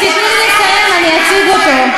אם תיתני לי לסיים, אני אציג אותו.